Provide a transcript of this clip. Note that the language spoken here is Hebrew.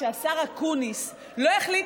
כשהשר אקוניס לא החליט,